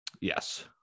yes